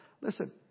listen